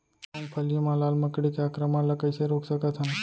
मूंगफली मा लाल मकड़ी के आक्रमण ला कइसे रोक सकत हन?